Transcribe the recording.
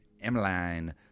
Emeline